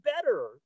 better